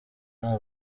nta